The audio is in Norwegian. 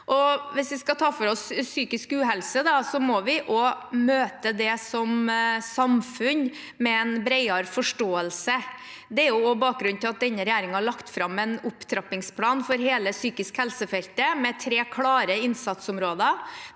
Hvis vi skal ta for oss psykisk uhelse, må vi som samfunn også møte det med en bredere forståelse. Det er bakgrunnen for at denne regjeringen har lagt fram en opptrappingsplan for hele psykisk helse-feltet, med tre klare innsatsområder.